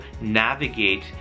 navigate